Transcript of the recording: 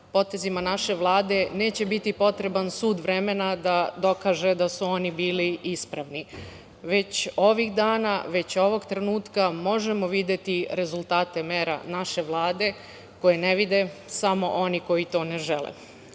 potezima naše Vlade neće biti potreban sud vremena da dokaže da su oni bili ispravni. Već ovih dana, već ovog trenutka možemo videti rezultate mera naše Vlade koje ne vide samo oni koji to ne